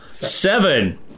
Seven